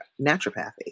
naturopathy